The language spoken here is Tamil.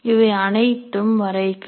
இவை அனைத்தும் வரைகலை